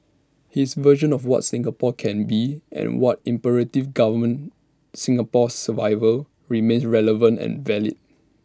his version of what Singapore can be and what imperatives govern Singapore's survival remain relevant and valid